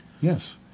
Yes